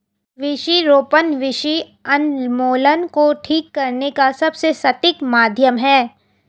वृक्षारोपण वृक्ष उन्मूलन को ठीक करने का सबसे सटीक माध्यम है